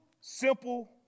simple